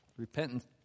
Repentance